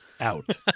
out